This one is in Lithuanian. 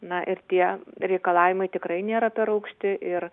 na ir tie reikalavimai tikrai nėra per aukšti ir